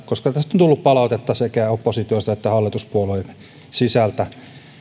koska tästä on tullut palautetta sekä oppositiosta että hallituspuolueiden sisältä